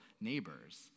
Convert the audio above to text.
neighbors